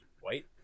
White